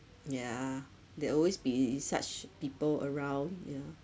yeah there'll always be such people around yeah